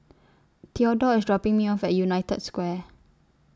Theodore IS dropping Me off At United Square